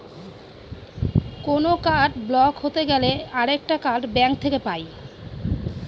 কোনো card block হতে গেলে আরেকটা কার্ড ব্যাঙ্ক থেকে পাই